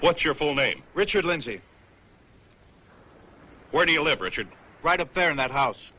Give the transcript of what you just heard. what's your full name richard lindsay where do you live richard right up there in that house